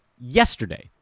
yesterday